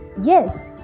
Yes